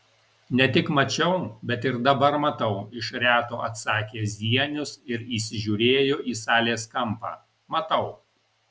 ne tik mačiau bet ir dabar matau iš reto atsakė zienius ir įsižiūrėjo į salės kampą matau